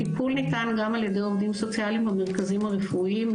טיפול ניתן גם על ידי עובדים סוציאליים במרכזים הרפואיים.